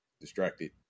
distracted